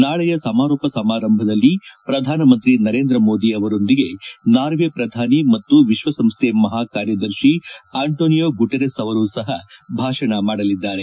ನಾಳೆಯ ಸಮಾರೋಪ ಸಮಾರಂಭದಲ್ಲಿ ಶ್ರಧಾನಮಂತ್ರಿ ನರೇಂದ್ರ ಮೋದಿ ಅವರೊಂದಿಗೆ ನಾರ್ವೆ ಪ್ರಧಾನಿ ಮತ್ತು ವಿಶ್ವಸಂಸ್ಟೆ ಮಹಾಕಾರ್ಯದರ್ಶಿ ಆಂಟೋನಿಯೊ ಗುಟಿರಸ್ ಅವರು ಸಹ ಭಾಷಣ ಮಾಡಲಿದ್ದಾರೆ